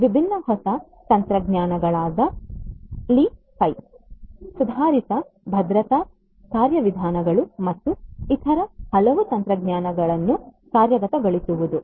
ವಿಭಿನ್ನ ಹೊಸ ತಂತ್ರಜ್ಞಾನಗಳಾದ ಲಿಫಿ ಸುಧಾರಿತ ಭದ್ರತಾ ಕಾರ್ಯವಿಧಾನಗಳು ಮತ್ತು ಇತರ ಹಲವು ತಂತ್ರಜ್ಞಾನಗಳನ್ನು ಕಾರ್ಯಗತಗೊಳಿಸುವುದು